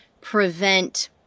prevent